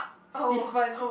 stiffen